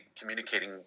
communicating